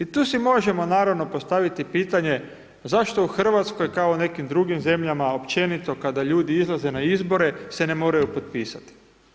I tu si možemo, naravno postaviti pitanje, zašto u Hrvatskoj, kao nekim drugim zemljama, općenito kada ljudi izlaze na izbore, se ne moraju potpisati.